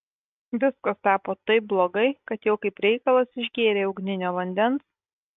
viskas tapo taip blogai kad jau kaip reikalas išgėrei ugninio vandens